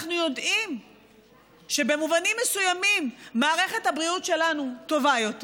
אנחנו יודעים שבמובנים מסוימים מערכת הבריאות שלנו טובה יותר,